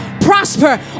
prosper